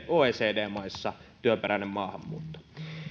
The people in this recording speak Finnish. oecd maissakin työperäinen maahanmuutto